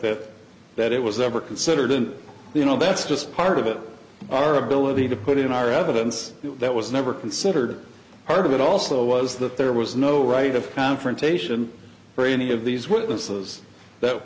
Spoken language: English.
that that it was ever considered an you know that's just part of it our ability to put in our evidence that was never considered part of it also was that there was no right of confrontation for any of these witnesses that